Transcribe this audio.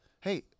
Hey